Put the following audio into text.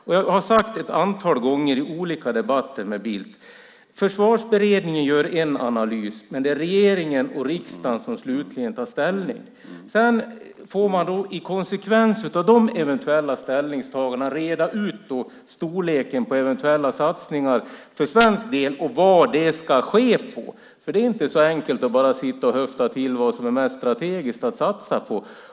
Ett antal gånger har jag i olika debatter med Bildt sagt att Försvarsberedningen gör en analys men att det är regeringen och riksdagen som slutligen tar ställning. Som en konsekvens av de eventuella ställningstagandena får man reda ut storleken på eventuella satsningar för svensk del och vad det ska satsas på. Det är inte så enkelt som att bara höfta till med vad som är mest strategiskt att satsa på.